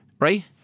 right